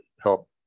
help